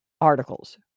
articles